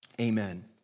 Amen